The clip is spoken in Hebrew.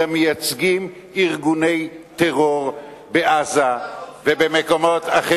אלא מייצגים ארגוני טרור בעזה ובמקומות אחרים,